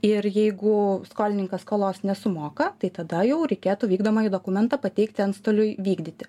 ir jeigu skolininkas skolos nesumoka tai tada jau reikėtų vykdomąjį dokumentą pateikti antstoliui vykdyti